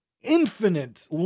infinite